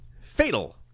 fatal